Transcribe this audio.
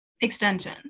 extension